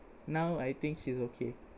now I think she's okay